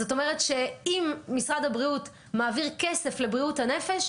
זאת אומרת שאם משרד הבריאות מעביר כסף לבריאות הנפש,